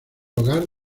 hogar